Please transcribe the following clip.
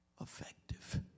effective